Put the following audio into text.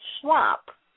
swap